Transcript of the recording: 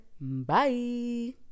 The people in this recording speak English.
Bye